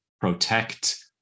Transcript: protect